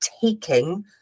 taking